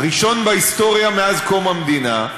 הראשון בהיסטוריה מאז קום המדינה,